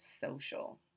social